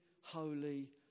holy